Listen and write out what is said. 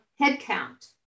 headcount